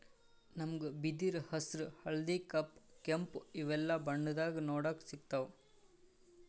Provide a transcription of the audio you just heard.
ನಮ್ಗ್ ಬಿದಿರ್ ಹಸ್ರ್ ಹಳ್ದಿ ಕಪ್ ಕೆಂಪ್ ಇವೆಲ್ಲಾ ಬಣ್ಣದಾಗ್ ನೋಡಕ್ ಸಿಗ್ತಾವ್